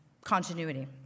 continuity